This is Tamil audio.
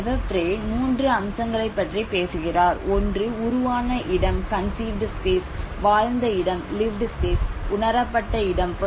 லெபெவ்ரே 3 அம்சங்களைப் பற்றி பேசுகிறார் ஒன்று உருவான இடம் வாழ்ந்த இடம் உணரப்பட்ட இடம்